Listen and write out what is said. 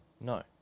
No